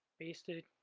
paste it,